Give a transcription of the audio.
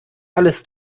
alles